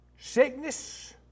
sickness